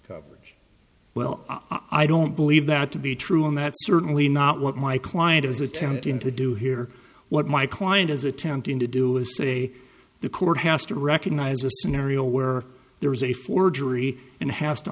coverage well i don't believe that to be true and that's certainly not what my client is attempting to do here what my client is attempting to do is say the courthouse to recognize a scenario where there is a forgery and has to